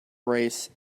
race